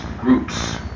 groups